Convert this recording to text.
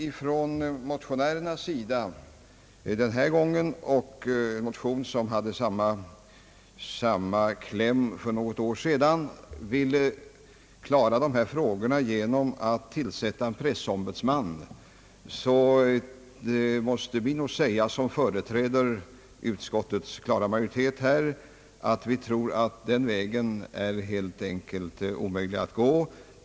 Men när motionärerna denna gång, och i en motion med samma kläm för något år sedan, vill lösa dessa problem genom att tillsätta en riksdagens pressombudsman, måste nog vi som företräder utskottets klara majoritet säga, att vi finner den vägen helt enkelt omöjlig att gå.